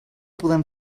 podem